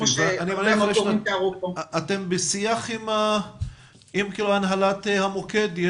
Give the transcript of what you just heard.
אתם בשיח עם הנהלת המוקד?